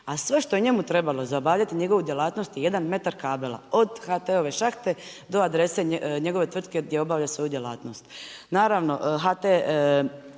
A sve što je njemu trebalo za obavljati njegovu djelatnost je jedan metar kabela od HT-ove šahte do adrese njegove tvrtke gdje obavlja svoju djelatnost.